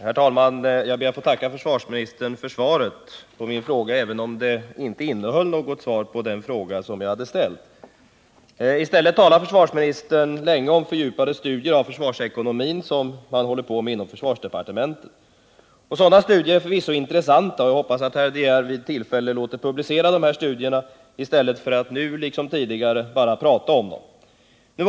Herr talman! Jag ber att få tacka försvarsministern för svaret, även om det inte innehöll något svar på den fråga som jag hade ställt. I stället talade försvarsministern länge om fördjupade studier av försvarsekonomin, som man håller på med inom försvarsdepartementet. Sådana studier är förvisso intressanta, och jag hoppas att herr de Geer vid tillfälle låter publicera resultatet av dem i stället för att bara, nu liksom tidigare, prata om dem.